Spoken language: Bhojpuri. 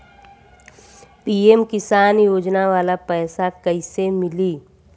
पी.एम किसान योजना वाला पैसा कईसे मिली?